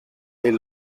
est